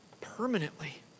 permanently